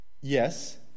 Yes